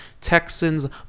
Texans